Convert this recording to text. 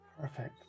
perfect